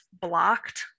blocked